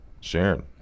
Sharon